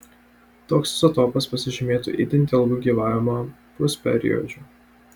toks izotopas pasižymėtų itin ilgu gyvavimo pusperiodžiu